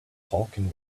falcon